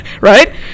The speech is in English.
right